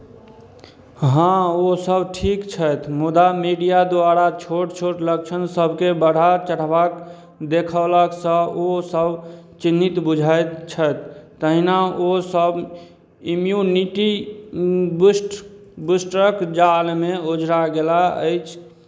हँ ओसभ ठीक छथि मुदा मीडिया द्वारा छोट छोट लक्षण सभकेँ बढ़ा चढ़बाक देखौलासँ ओसभ चिन्तित बुझाइत छथि तहिना ओसभ इम्युनिटी बूस्ट बूस्टरक जालमे ओझरा गेलाह अछि